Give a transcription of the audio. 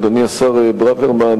אדוני השר ברוורמן,